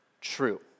true